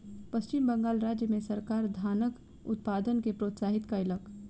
पश्चिम बंगाल राज्य मे सरकार धानक उत्पादन के प्रोत्साहित कयलक